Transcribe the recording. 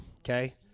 Okay